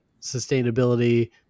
sustainability